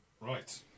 Right